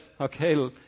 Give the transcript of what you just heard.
Okay